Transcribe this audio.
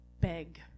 beg